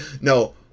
No